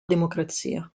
democrazia